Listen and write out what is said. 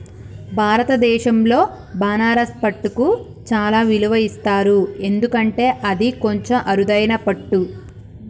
భారతదేశంలో బనారస్ పట్టుకు చాలా విలువ ఇస్తారు ఎందుకంటే అది కొంచెం అరుదైన పట్టు